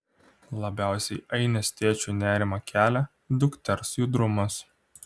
labiausiai ainės tėčiui nerimą kelia dukters judrumas